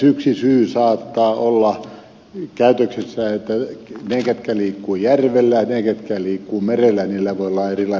yksi syy saattaa olla käytöksessä että ehkä liikkui järvellä eikä se liikkuu merellä ja muilla hyvillä